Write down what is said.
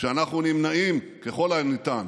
שאנחנו נמנעים ככל הניתן